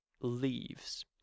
leaves